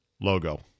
logo